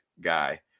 guy